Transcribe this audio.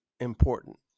Important